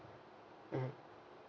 mm